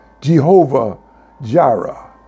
Jehovah-Jireh